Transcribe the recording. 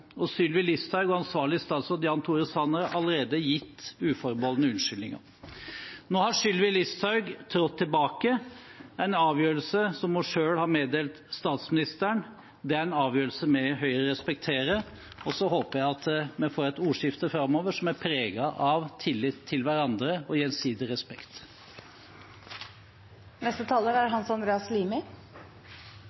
noe. Sylvi Listhaug og ansvarlig statsråd Jan Tore Sanner har allerede gitt uforbeholdne unnskyldninger. Nå har Sylvi Listhaug trådt tilbake, en avgjørelse som hun selv har meddelt statsministeren. Det er en avgjørelse vi i Høyre respekterer. Så håper jeg at vi får et ordskifte framover som er preget av tillit til hverandre og gjensidig respekt. Det er